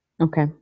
Okay